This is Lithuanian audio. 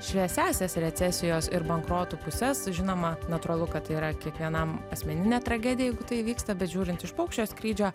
šviesiąsias recesijos ir bankrotų puses žinoma natūralu kad tai yra kiekvienam asmeninė tragedija jeigu tai įvyksta bet žiūrint iš paukščio skrydžio